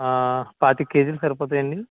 పాతిక కేజీలు సరిపోతాయా అండి